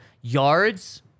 Yards